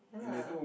ya lah